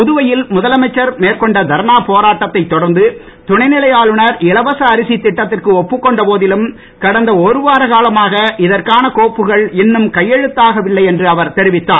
புதுவையில் முதலமைச்சர் மேற்கொண்ட தர்ணா போராட்டத்தைத் தொடர்ந்து துணைநிலை ஆளுனர் இலவச அரசி திட்டத்திற்கு ஒப்புக்கொண்ட போதிலும் கடந்த ஒருவார காலமாக இதற்கான கோப்புக்கள் இன்னும் கையெழுத்தாகவில்லை என்று அவர் தெரிவித்தார்